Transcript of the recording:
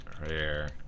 rare